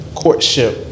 courtship